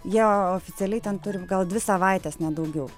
jie oficialiai ten turi gal dvi savaites ne daugiau